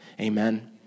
Amen